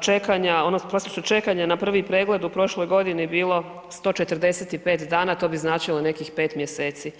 čekanje odnosno prosječno čekanje na prvi pregled u prošloj godini bilo 145 dana, to bi značilo nekih 5 mjeseci.